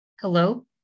Hello